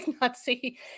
Nazi